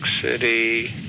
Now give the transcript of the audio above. City